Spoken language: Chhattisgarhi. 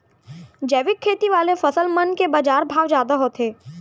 जैविक खेती वाले फसल मन के बाजार भाव जादा होथे